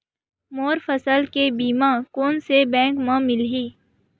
मोर फसल के बीमा कोन से बैंक म मिलही?